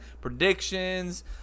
predictions